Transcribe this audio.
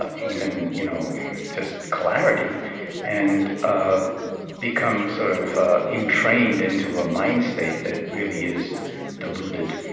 ah even you know just clarity and ah become sort of entrained into a mind state that really is deluded.